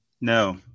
No